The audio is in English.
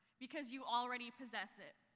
because you already possess it.